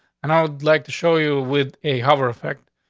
and i would like to show you with a hover effect,